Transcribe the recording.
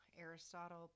Aristotle